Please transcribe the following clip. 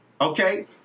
okay